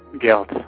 guilt